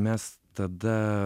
mes tada